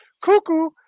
cuckoo